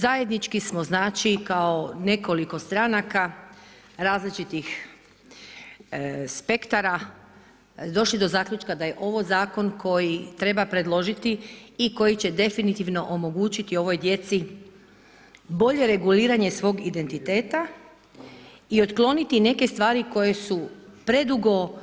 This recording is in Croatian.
Zajednički smo kao nekoliko stranaka različitih spektara došli do zaključka da je ovo zakon koji treba predložiti i koji će definitivno omogućiti ovoj djeci bolje reguliranje svog identiteta i otkloniti neke stvari koje su predugo